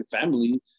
family